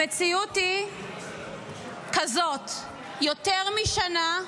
המציאות היא כזאת: יותר משנה,